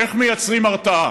איך מייצרים הרתעה?